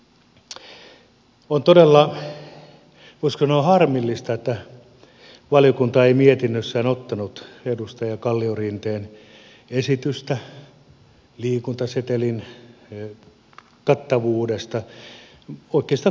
on todella voisiko sanoa harmillista että valiokunta ei mietinnössään ottanut edustaja kalliorinteen esitystä liikuntasetelin kattavuudesta oikeastaan kunnolla käsittelyyn